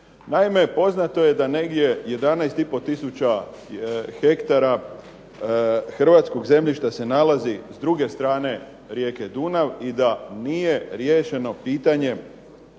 Naime, poznato je da negdje 11 i pol tisuća hektara hrvatskog zemljišta se nalazi s druge strane rijeke Dunav i da nije riješeno pitanje,